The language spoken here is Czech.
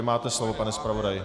Máte slovo, pane zpravodaji.